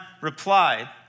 replied